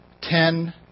ten